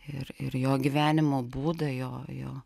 ir ir jo gyvenimo būdą jo jo